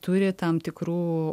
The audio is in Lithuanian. turi tam tikrų